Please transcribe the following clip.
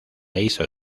hizo